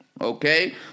okay